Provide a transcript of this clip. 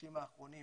החודשים האחרונים